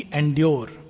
endure